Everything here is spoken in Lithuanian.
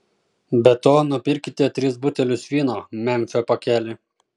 be to nupirkite tris butelius vyno memfio pakelį